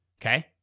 okay